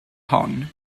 hon